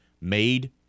made